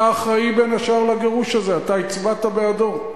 אתה אחראי בין השאר לגירוש הזה, אתה הצבעת בעדו.